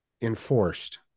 enforced